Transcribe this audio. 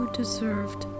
deserved